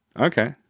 Okay